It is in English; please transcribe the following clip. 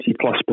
plus